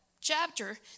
chapter